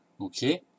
Okay